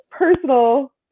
Personal